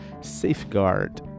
safeguard